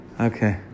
Okay